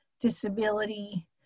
disability